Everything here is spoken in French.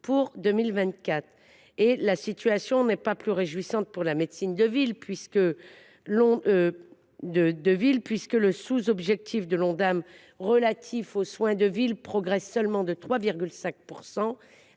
de 2024. La situation n’est pas plus réjouissante pour la médecine de ville, puisque le sous objectif de l’Ondam relatif aux soins de ville progresse seulement de